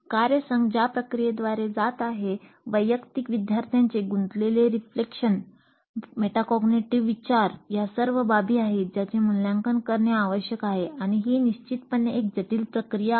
कार्यसंघ ज्या प्रक्रियेद्वारे जात आहे वैयक्तिक विद्यार्थ्यांचे गुंतलेले रिफ्लेक्शन विचार या सर्व बाबी आहेत ज्याचे मूल्यांकन करणे आवश्यक आहे आणि ही निश्चितपणे एक जटिल प्रक्रिया आहे